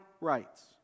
rights